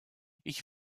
ich